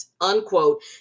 unquote